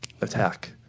attack